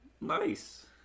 Nice